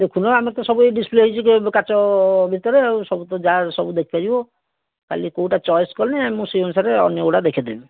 ଦେଖୁନ ଆମେ ତ ସବୁ ଏଇ ଡିସପ୍ଲେ ହେଇଛି କାଚ ଭିତରେ ଆଉ ସବୁ ତ ଯାହା ସବୁ ଦେଖିପାରିବ ଖାଲି କେଉଁଟା ଚଏସ୍ କଲେ ମୁଁ ସେଇ ଅନୁସାରେ ଅନ୍ୟଗୁଡ଼ା ଦେଖାଇଦେବି